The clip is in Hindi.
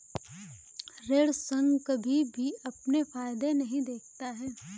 ऋण संघ कभी भी अपने फायदे नहीं देखता है